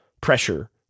pressure